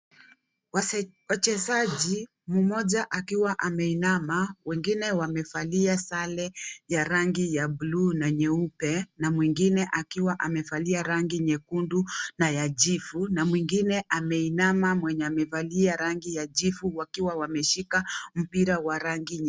Wachezaji , mmoja akiwa ameinama , wengine wamevalia sare ya rangi ya bluu na nyeupe ,na mwingine akiwa amevalia rangi nyekundu na ya jivu . Mwingine ameinama mwenye amevalia ya rangi jivu wakiwa wameshika mpira wa rangi nyekundu .